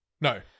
no